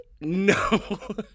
No